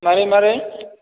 मारै मारै